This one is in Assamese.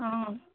অঁ